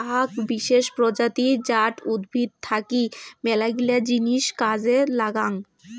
আক বিশেষ প্রজাতি জাট উদ্ভিদ থাকি মেলাগিলা জিনিস কাজে লাগং